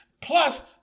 Plus